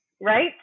right